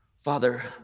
Father